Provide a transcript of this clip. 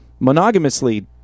monogamously